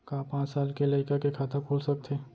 का पाँच साल के लइका के खाता खुल सकथे?